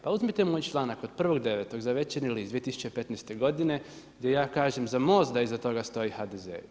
Pa uzmite moj članak od 1.9. za Večernji list 2015. godine gdje ja kažem za MOST da iza toga stoji HDZ.